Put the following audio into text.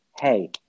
hey